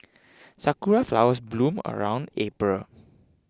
sakura flowers bloom around April